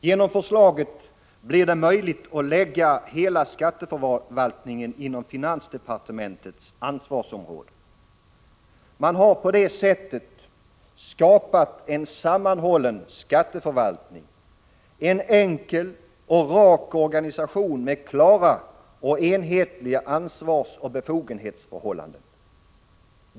Genom förslaget blir det möjligt att lägga hela skatteförvaltningen inom finansdepartementets ansvarsområde. Man har på detta sätt skapat en sammanhållen skatteförvaltning — en enkel och rak organisation med klara och enhetliga ansvarsoch befogenhetsförhållanden.